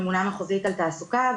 ממונה מחוזית על תעסוקה,